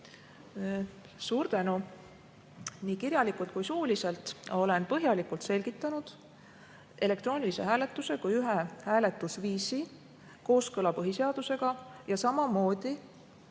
Suur tänu! Nii kirjalikult kui ka suuliselt olen põhjalikult selgitanud elektroonilise hääletuse kui ühe hääletusviisi kooskõla põhiseadusega ja samamoodi